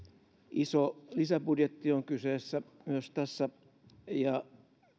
iso lisäbudjetti on tässä kyseessä ja